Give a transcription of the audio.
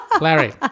Larry